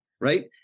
right